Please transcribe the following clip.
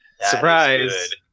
surprise